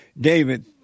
David